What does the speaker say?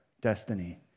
destiny